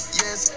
yes